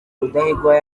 rudahigwa